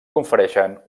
confereixen